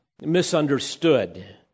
misunderstood